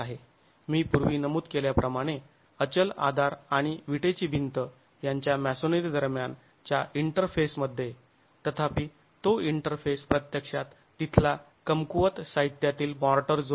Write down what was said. मी पूर्वी नमूद केल्याप्रमाणे अचल आधार आणि विटेची भिंत यांच्या मॅसोनरी दरम्यान च्या इंटरफेसमध्ये तथापि तो इंटरफेस प्रत्यक्षात तिथला कमकुवत साहित्यातील माॅर्टर जोड आहे